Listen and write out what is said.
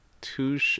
two